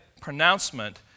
pronouncement